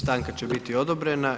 Stanka će biti odobrena.